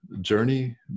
Journey